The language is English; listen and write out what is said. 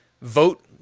vote